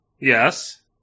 Yes